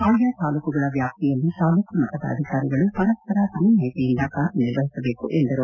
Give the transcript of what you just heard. ಆಯಾ ತಾಲ್ಲೂಕುಗಳ ವ್ಯಾಪ್ತಿಯಲ್ಲಿ ತಾಲ್ಲೂಕು ಮಟ್ಟದ ಅಧಿಕಾರಿಗಳೂ ಪರಸ್ಪರ ಸಮನ್ವತೆಯಿಂದ ಕಾರ್ಯನಿರ್ವಹಿಸಬೇಕು ಎಂದು ಹೇಳದರು